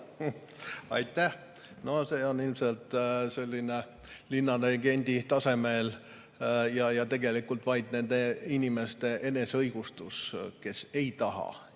Aitäh! No see on ilmselt selline linnalegendi tasemel jutt ja tegelikult vaid nende inimeste eneseõigustus, kes ei taha